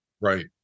Right